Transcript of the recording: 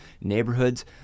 neighborhoods